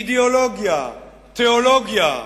אידיאולוגיה, תיאולוגיה,